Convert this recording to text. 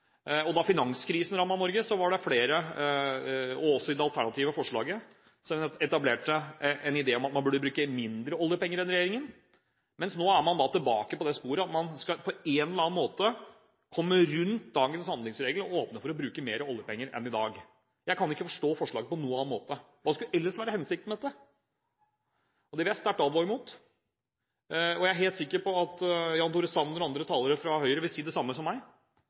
og da finanskrisen rammet Norge, var det flere, og også i det alternative forslaget, som etablerte en idé om at man burde bruke mindre oljepenger enn regjeringen. Nå er man tilbake på det sporet at man på en eller annen måte skal komme rundt dagens handlingsregel og åpne for å bruke mer oljepenger enn i dag. Jeg kan ikke forstå forslaget på noen annen måte. Hva skulle ellers være hensikten med dette? Det vil jeg sterkt advare mot, og jeg er helt sikker på at Jan Tore Sanner og andre talere fra Høyre vil si det samme som meg,